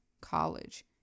college